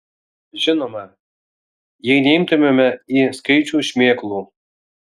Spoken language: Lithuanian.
žinoma jei neimtumėme į skaičių šmėklų